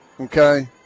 okay